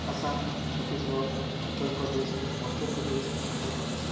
Assam Chhattisgarh Uttar Pradesh Madhya Pradesh Andhra Pradesh